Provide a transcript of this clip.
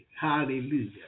Hallelujah